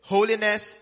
Holiness